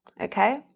okay